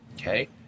Okay